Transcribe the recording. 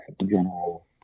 general